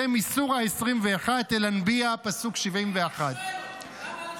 זה מסורה 21, אל-אנביאא, פסוק 71. היית שואל אותי.